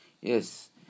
Yes